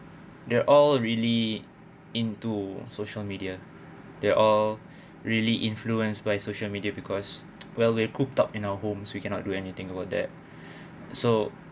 they're all really into social media there are really influenced by social media because well we're cooped up in our homes we cannot do anything about that so